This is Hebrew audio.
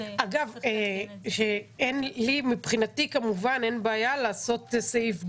אגב, מבחינתי כמובן אין בעיה לעשות סעיף ג',